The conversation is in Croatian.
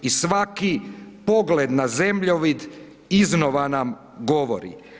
I svaki pogled na zemljovid iznova nam govori.